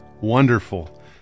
wonderful